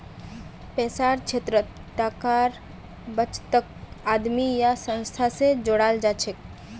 पैसार क्षेत्रत टाकार बचतक आदमी या संस्था स जोड़ाल जाछेक